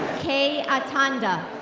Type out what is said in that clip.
k. atanda.